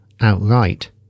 outright